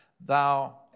thou